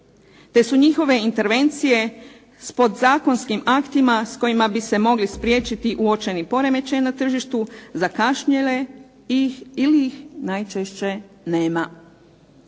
te su njihove intervencije s podzakonskim aktima, s kojima bi se mogli spriječiti uočeni poremećaji na tržištu, zakašnjele ili ih najčešće nema.